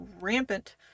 rampant